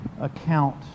account